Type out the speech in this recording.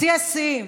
שיא השיאים.